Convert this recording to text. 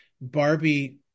Barbie